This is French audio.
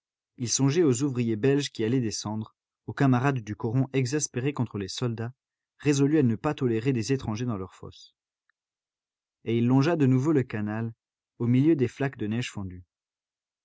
il songeait aux ouvriers belges qui allaient descendre aux camarades du coron exaspérés contre les soldats résolus à ne pas tolérer des étrangers dans leur fosse et il longea de nouveau le canal au milieu des flaques de neige fondue